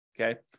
Okay